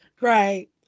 Right